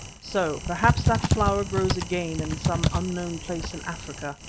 so, perhaps, that flower grows again in some unknown place in africa,